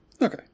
Okay